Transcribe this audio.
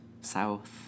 South